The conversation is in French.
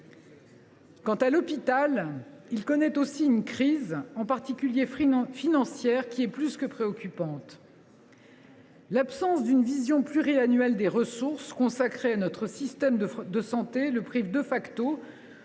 Quant à l’hôpital, il connaît aussi une crise, en particulier financière, qui est plus que préoccupante. « L’absence de vision pluriannuelle des ressources consacrées à notre système de santé le prive des